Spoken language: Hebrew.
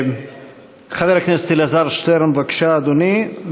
חבר הכנסת אלעזר שטרן, בבקשה, אדוני.